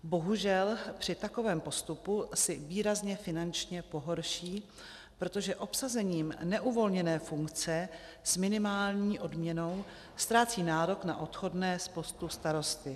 Bohužel při takovém postupu si výrazně finančně pohorší, protože obsazením neuvolněné funkce s minimální odměnou ztrácí nárok na odchodné z postu starosty.